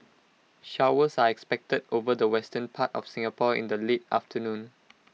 showers are expected over the western part of Singapore in the late afternoon